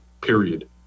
period